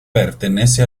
pertenece